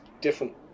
different